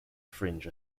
fringe